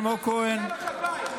אלמוג כהן (עוצמה יהודית):